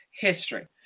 history